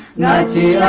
ninety